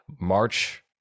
march